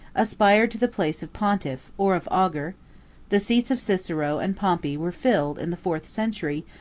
aspired to the place of pontiff, or of augur the seats of cicero and pompey were filled, in the fourth century,